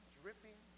dripping